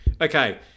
Okay